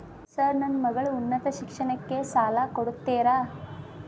Sir ನನ್ನ ಮಗಳ ಉನ್ನತ ಶಿಕ್ಷಣಕ್ಕೆ ಸಾಲ ಕೊಡುತ್ತೇರಾ?